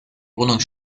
wohnung